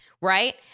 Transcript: right